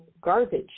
garbage